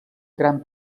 gran